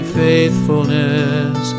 faithfulness